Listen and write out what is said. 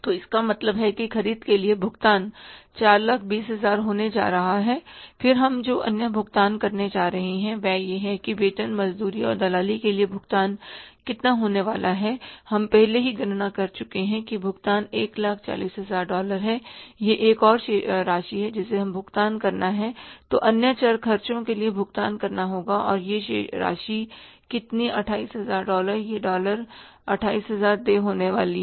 तो इसका मतलब है कि खरीद के लिए भुगतान 420000 होने जा रहे हैं फिर हम जो अन्य भुगतान करने जा रहे हैं वह यह है कि वेतन मजदूरी और दलाली के लिए भुगतान कितना होने वाला है हम पहले ही गणना कर चुके हैं कि भुगतान 140000 डॉलर है यह एक और राशि है जिसे हमें भुगतान करना है तो अन्य चर खर्चों के लिए भुगतान करना होगा और यह राशि कितनी 28000 डॉलर यह डॉलर 28000 देय होने वाली है